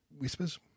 Whispers